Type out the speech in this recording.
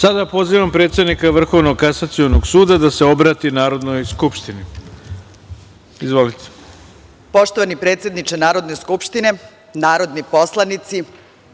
pozivam predsednika Vrhovnog kasacionog suda da se obrati Narodnoj skupštini. Izvolite.